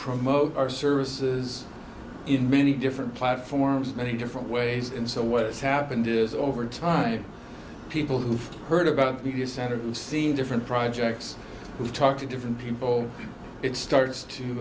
promote our services in many different platforms many different ways and so what has happened is over time people who've heard about media center and seen different projects we've talked to different people it starts to